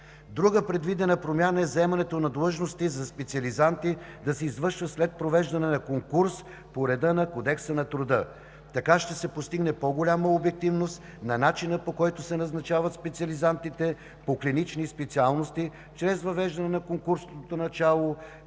Друга предвидена промяна е заемането на длъжности за специализанти да се извършва след провеждане на конкурс по реда на Кодекса на труда. Така ще се постигне по-голяма обективност на начина, по който се назначават специализантите по клинични специалности, чрез въвеждане на конкурсното начало